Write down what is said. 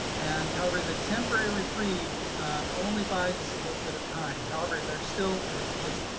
and however the temporary reprieve only buys us a little bit of time. however, there still is,